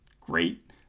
great